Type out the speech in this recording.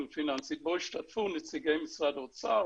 פיננסית בו השתתפו נציגי משרד האוצר,